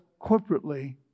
corporately